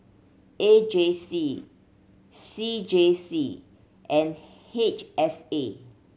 A J C C J C and H S A